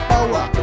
Power